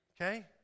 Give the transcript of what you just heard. Okay